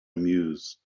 mused